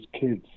kids